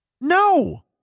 No